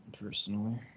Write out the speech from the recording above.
personally